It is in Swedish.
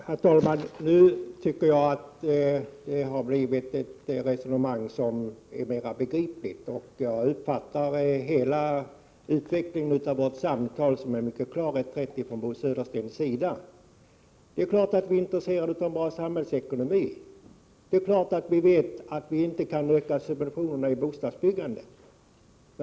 Herr talman! Nu tycker jag att det har blivit ett resonemang som är mera begripligt, och jag uppfattar utvecklingen av vårt samtal som en mycket klar reträtt från Bo Söderstens sida. Det är klart att vi är intresserade av vår samhällsekonomi. Det är klart att vi vet att vi inte kan öka subventionerna till bostadsbyggandet.